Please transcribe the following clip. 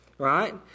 right